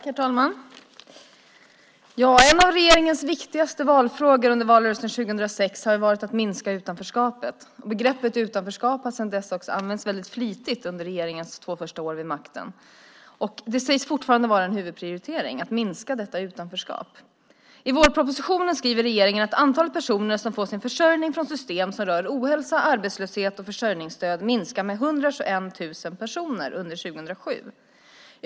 Herr talman! En av alliansens viktigaste valfrågor under valrörelsen 2006 var att minska utanförskapet. Begreppet utanförskap har också använts mycket flitigt under regeringens två första år vid makten. Det sägs fortfarande vara en huvudprioritering att minska detta utanförskap. I vårpropositionen skriver regeringen att antalet personer som får sin försörjning från system som rör ohälsa, arbetslöshet och försörjningsstöd minskade med 121 000 personer under 2007.